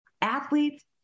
Athletes